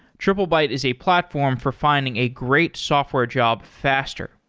triplebyte is a platform for finding a great software job faster.